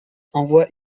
envoie